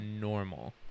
normal